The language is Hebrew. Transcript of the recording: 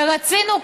ורצינו,